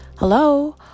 Hello